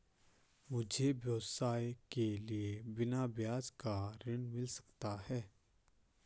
मुझे व्यवसाय के लिए बिना ब्याज का ऋण मिल सकता है?